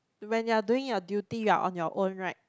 when you are doing your duty you are on your own right